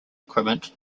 equipment